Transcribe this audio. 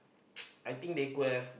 I think they could have